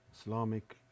Islamic